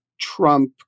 Trump